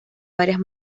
varias